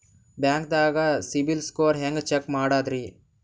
ಬ್ಯಾಂಕ್ದಾಗ ಸಿಬಿಲ್ ಸ್ಕೋರ್ ಹೆಂಗ್ ಚೆಕ್ ಮಾಡದ್ರಿ?